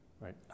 right